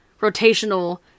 rotational